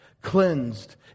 cleansed